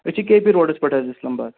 أسۍ چھِ K P روڑَس پٮ۪ٹھ حظ اِسلام آباد